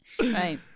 Right